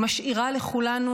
היא משאירה לכולנו,